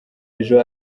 ejo